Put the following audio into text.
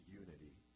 unity